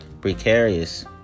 precarious